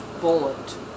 bullet